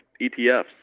ETFs